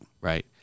Right